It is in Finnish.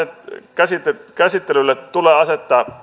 käsittelylle käsittelylle tulee asettaa